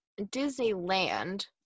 Disneyland